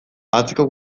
atzeko